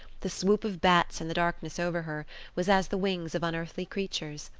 the swoop of bats in the darkness over her was as the wings of unearthly creatures.